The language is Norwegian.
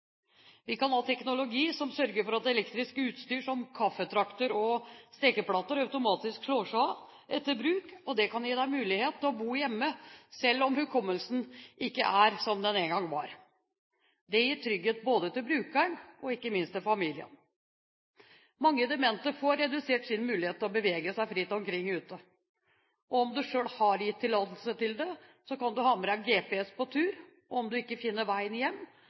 Vi kan ha teknologi som sørger for at elektrisk utstyr som kaffetrakter og stekeplate automatisk slår seg av etter bruk. Det kan gi mulighet til å bo hjemme selv om hukommelsen ikke er som den en gang var. Det gir trygghet både for brukeren og ikke minst for familien. Mange demente får redusert sin mulighet til å bevege seg fritt omkring ute. Om man selv har gitt tillatelse til det, kan man ha med seg GPS på tur, og om man ikke finner veien hjem